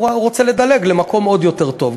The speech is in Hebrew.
והוא רוצה לדלג למקום עוד יותר טוב,